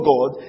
God